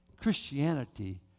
Christianity